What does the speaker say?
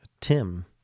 Tim